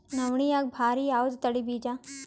ನವಣಿಯಾಗ ಭಾರಿ ಯಾವದ ತಳಿ ಬೀಜ?